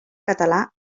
català